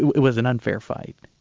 it was an unfair fight.